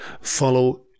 follow